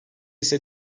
ise